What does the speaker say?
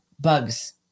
bugs